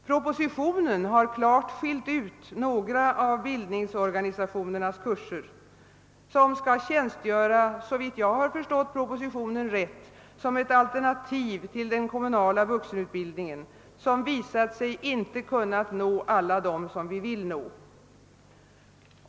Propositionen har klart skilt ut några av bildningsorganisationernas kurser, som — såvitt jag har förstått propositionen rätt — skall tjänstgöra som ett alternativ till den kommunala vuxenutbildningen, vilken visat sig inte kunna nå alla dem vi vill nå.